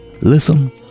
listen